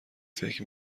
فکر